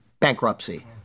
bankruptcy